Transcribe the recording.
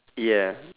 ya